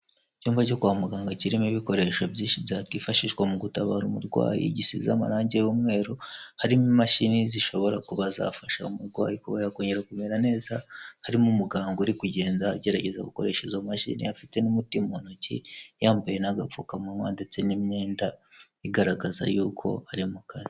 Icyumba cyo kwa muganga kirimo ibikoresho byinshi byakwifashishwa mu gutabara umurwayi gisize amarangi y'umweru, harimo imashini zishobora kuba zafasha umurwayi kuba yakongera kumera neza, harimo umuganga uri kugenda agerageza gukoresha izo mashini afite n'umuti mu ntoki, yambaye n'agapfukamunwa ndetse n'imyenda igaragaza y'uko ari mu kazi.